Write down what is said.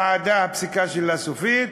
הוועדה, הפסיקה שלה סופית,